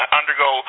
undergo